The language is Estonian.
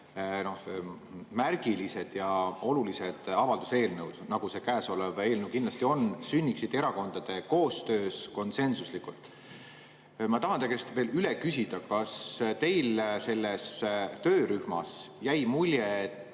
märgilised ja olulised avalduse eelnõud, nagu käesolev eelnõu kindlasti on, sünniksid erakondade koostöös konsensuslikult. Ma tahan teie käest veel üle küsida. Kas teil selles töörühmas jäi mulje,